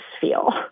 feel